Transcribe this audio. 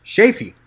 Shafi